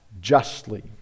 justly